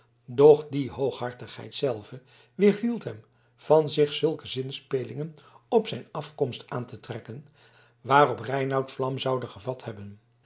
doch die hooghartigheid zelve weerhield hem van zich zulke zinspelingen op zijn afkomst aan te trekken waarop reinout vlam zoude gevat hebben